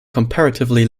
comparatively